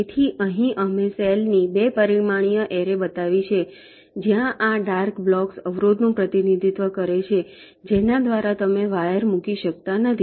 તેથી અહીં અમે સેલ ની 2 પરિમાણીય એરે બતાવી છે જ્યાં આ ડાર્ક બ્લોક્સ અવરોધનું પ્રતિનિધિત્વ કરે છે જેના દ્વારા તમે વાયર મૂકી શકતા નથી